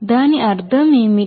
దాని అర్థం ఏమిటి